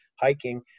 hiking